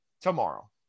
tomorrow